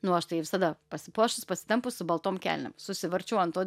nu aš tai visada pasipuošus pasitempus su baltom kelnėm susivarčiau ant to